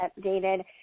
updated